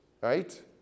right